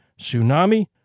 Tsunami